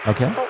Okay